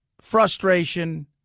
frustration